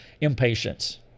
Impatience